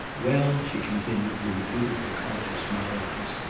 well, she continued with a beautiful conscious mildness,